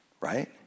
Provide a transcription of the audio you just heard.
Right